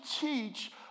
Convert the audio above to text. teach